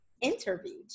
interviewed